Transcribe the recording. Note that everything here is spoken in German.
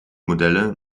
modelle